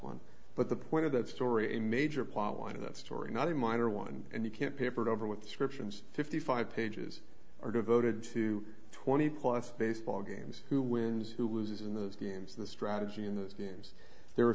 one but the point of that story a major plot line of this story not a minor one and you can't papered over with descriptions fifty five pages are devoted to twenty plus baseball games who wins who loses in those games the strategy in those games there